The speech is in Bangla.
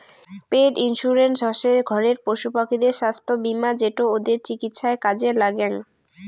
পেট ইন্সুরেন্স হসে ঘরের পশুপাখিদের ছাস্থ্য বীমা যেটো ওদের চিকিৎসায় কাজে লাগ্যাং